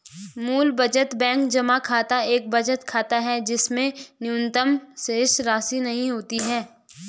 मूल बचत बैंक जमा खाता एक बचत खाता है जिसमें न्यूनतम शेषराशि नहीं होती है